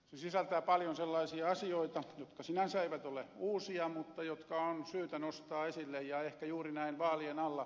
se sisältää paljon sellaisia asioita jotka sinänsä eivät ole uusia mutta jotka on syytä nostaa esille ja ehkä juuri näin vaalien alla